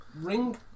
ring